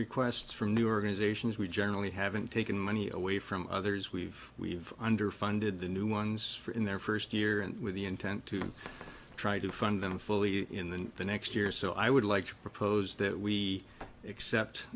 requests from new organizations we generally haven't taken money away from others we've we've underfunded the new ones in their first year and with the intent to try to fund them fully in the next year or so i would like to propose that we except